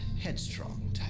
headstrong